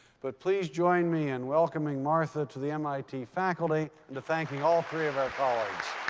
but please join me in welcoming martha to the mit faculty and to thanking all three of our colleagues.